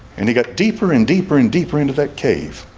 and he got deeper and deeper and deeper into that cave